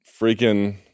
freaking